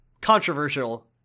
controversial